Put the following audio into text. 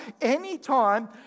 anytime